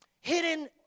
Hidden